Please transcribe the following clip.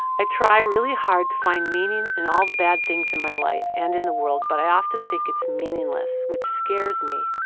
i try really hard to find meaning in all the bad things in my life and in the world, but i often think it's meaningless, which scares me.